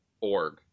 org